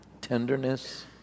Tenderness